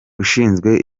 ushinzwe